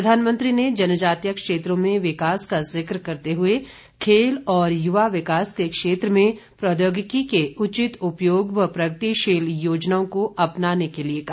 प्रधानमंत्री ने जनजातीय क्षेत्रों में विकास का जिक्र करते हुए खेल और युवा विकास के क्षेत्र में प्रौद्योगिकी के उचित उपयोग और प्रगतिशील योजनाओं को अपनाने के लिए कहा